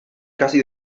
casi